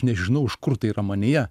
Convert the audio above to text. nežinau iš kur tai yra manyje